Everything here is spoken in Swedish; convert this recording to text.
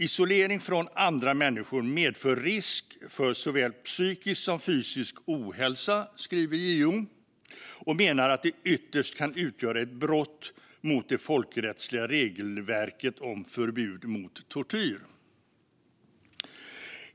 Isolering från andra människor medför risk för såväl psykisk som fysisk ohälsa, skriver JO, och menar att det ytterst kan utgöra ett brott mot det folkrättsliga regelverket om förbud mot tortyr.